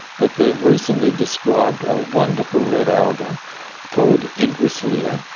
but they have recently described a wonderful red alga called entwisleia,